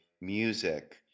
music